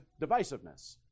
divisiveness